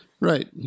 Right